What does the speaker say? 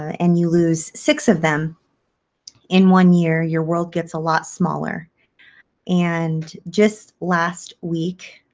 and you lose six of them in one year, your world gets a lot smaller and just last week,